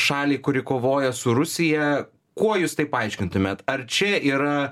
šaliai kuri kovoja su rusija kuo jūs tai paaiškintumėt ar čia yra